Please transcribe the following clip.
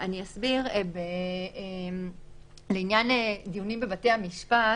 אני אסביר לעניין דיונים בבתי המשפט